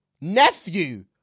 Nephew